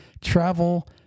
travel